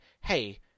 hey